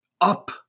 up